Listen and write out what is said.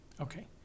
Okay